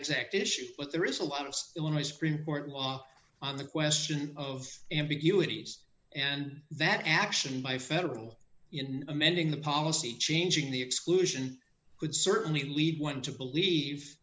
exact issue but there is a lot of illinois supreme court law on the question of ambiguity and that action by federal in amending the policy changing the exclusion would certainly lead one to believe